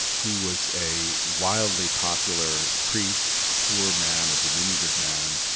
he was a wildly popular priest, poor man, a diminutive man,